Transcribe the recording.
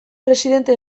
presidente